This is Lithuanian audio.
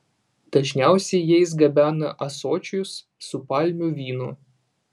dažniausiai jais gabena ąsočius su palmių vynu